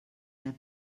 their